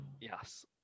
yes